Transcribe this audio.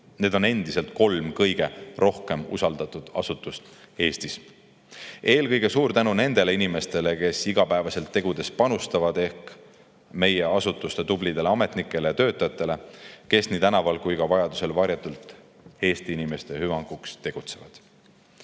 Need on endiselt kolm kõige rohkem usaldatud asutust Eestis. Suur tänu eelkõige nendele inimestele, kes igapäevaselt tegudega panustavad, ehk meie asutuste tublidele ametnikele ja töötajatele, kes nii tänaval kui vajaduse korral ka varjatult Eesti inimeste hüvanguks tegutsevad!